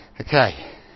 Okay